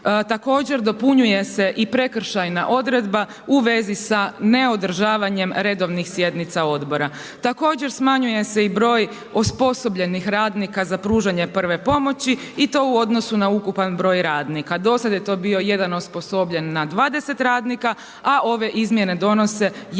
Također dopunjuje se i prekršajna odredba u vezi sa neodržavanjem redovnih sjednica odbora. Također smanjuje se i broj osposobljenih radnika za pružanje prve pomoći i to u odnosu na ukupan broj radnika. Do sad je to bio jedan osposobljen na 20 radnika, a ove izmjene donose jedan